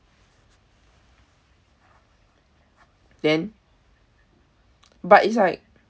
then but it's like